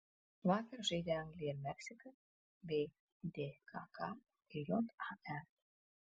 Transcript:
vakar žaidė anglija ir meksika bei dkk ir jae